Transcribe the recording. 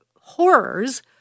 horrors